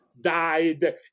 died